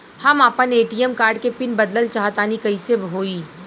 हम आपन ATM card के पीन बदलल चाहऽ तनि कइसे होई?